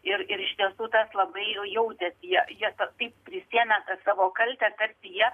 ir ir iš tiesų tas labai jau jautėsi jie jie taip prisiėmė savo kaltę tarsi jie